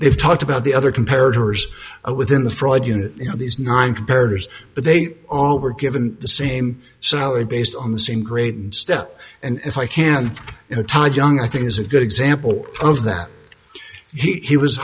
they've talked about the other compared to ours within the fraud unit you know these nine compared but they all were given the same salary based on the same grade step and if i can tell young i think is a good example of that he was